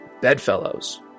Bedfellows